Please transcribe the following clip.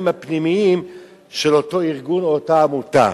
הפנימיים של אותו ארגון או אותה עמותה.